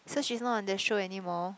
so she's not on the show anymore